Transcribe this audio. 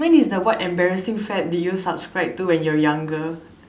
mine is the what embarrassing fad did you subscribe to when you're younger